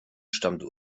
stammte